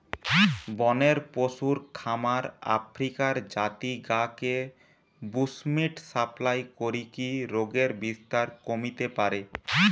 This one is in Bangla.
বনের পশুর খামার আফ্রিকার জাতি গা কে বুশ্মিট সাপ্লাই করিকি রোগের বিস্তার কমিতে পারে